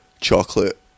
chocolate